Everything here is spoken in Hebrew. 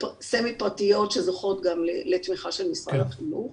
סמי-פרטיות שזוכות גם לתמיכה של משרד החינוך,